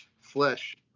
flesh